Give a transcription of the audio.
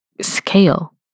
scale